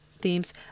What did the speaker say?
themes